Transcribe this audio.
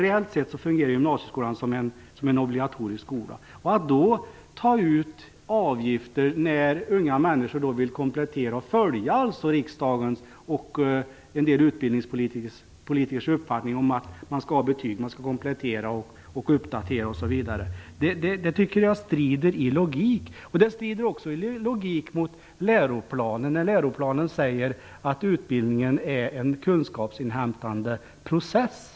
Reellt sett fungerar gymnasieskolan alltså som en obligatorisk skola. Varför skall man då ta ut avgifter när unga människor vill följa riksdagens och en del utbildningspolitikers önskemål om att de skall skaffa sig betyg, komplettera, uppdatera sig osv.? Jag tycker att det strider mot logiken. Det strider också mot läroplanen, där det framhålls att utbildningen är en kunskapsinhämtande process.